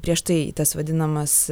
prieš tai tas vadinamas